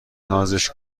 نازش